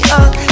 up